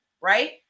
Right